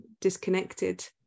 disconnected